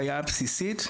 בעיה בסיסית,